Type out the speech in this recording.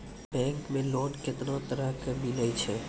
Bank मे loan कैतना तरह के मिलै छै?